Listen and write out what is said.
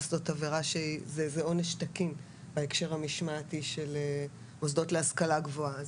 זה עונש תקין בהקשר המשמעתי של מוסדות להשכלה גבוהה.